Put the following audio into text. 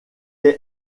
est